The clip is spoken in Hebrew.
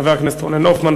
חבר הכנסת רונן הופמן,